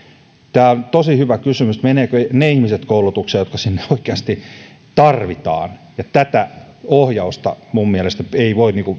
tämä on tosi hyvä kysymys menevätkö ne ihmiset koulutukseen jotka sinne oikeasti tarvitaan ja tätä ohjausta minun mielestäni ei voi